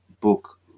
book